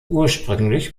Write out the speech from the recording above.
ursprünglich